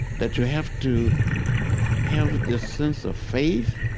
that you have to have this sense of faith